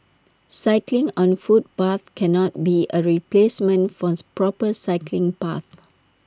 cycling on footpaths cannot be A replacement force proper cycling paths